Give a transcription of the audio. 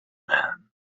man